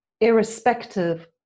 irrespective